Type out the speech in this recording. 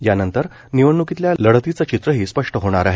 यानंतर निवडणुकीतल्या लढतींचं चित्रही स्पष्ट होणार आहे